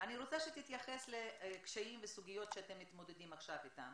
רוצה שתתייחס לקשיים וסוגיות שאתם מתמודדים עכשיו איתם